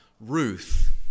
Ruth